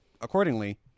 accordingly